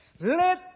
Let